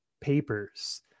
papers